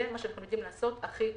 זה מה שאנו יודעים לעשות הכי טוב.